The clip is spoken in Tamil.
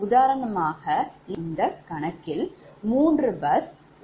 உதாரணமாக இந்த கணக்கில் 3 bus உபயோகப்படுத்தப்பட்டுள்ளது